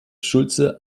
schulze